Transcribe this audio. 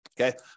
Okay